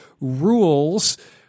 rules